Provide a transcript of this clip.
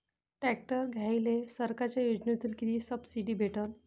Tractor घ्यायले सरकारच्या योजनेतून किती सबसिडी भेटन?